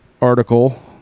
article